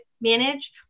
manage